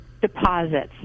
deposits